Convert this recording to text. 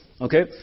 Okay